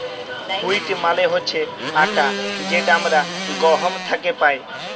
wheat মালে হছে আটা যেট আমরা গহম থ্যাকে পাই